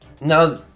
now